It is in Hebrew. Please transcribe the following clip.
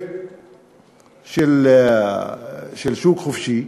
פרויקט של שוק חופשי,